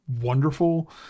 wonderful